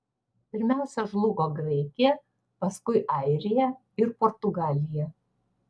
pirmiausia žlugo graikija paskui airija ir portugalija